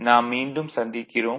நாம் மீண்டும் சந்திக்கிறோம்